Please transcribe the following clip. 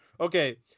Okay